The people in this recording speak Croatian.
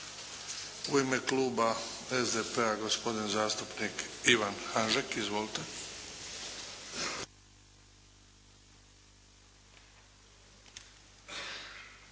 U ime kluba SDP-a, gospodin zastupnik Ivan Hanžek.Izvolite.